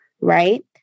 right